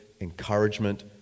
encouragement